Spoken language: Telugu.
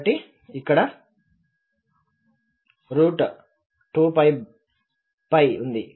కాబట్టి ఇక్కడ 2 ఉంది